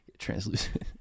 translucent